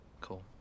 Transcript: Cool